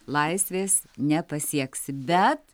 laisvės nepasieksi bet